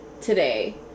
today